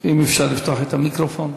אם אפשר לפתוח את המיקרופון.